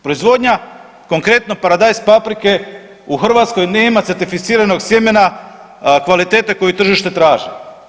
Proizvodnja konkretno paradajz paprike u Hrvatskoj nema certificiranog sjemena, kvalitete koje tržište traži.